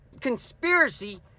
conspiracy